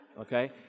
Okay